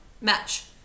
match